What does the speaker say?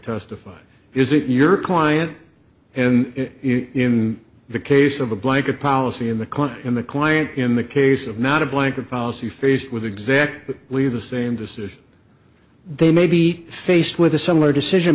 testified is it your client and in the case of a blanket policy in the clinic in the client in the case of not a blanket policy faced with exactly leave the same decision they may be faced with a similar decision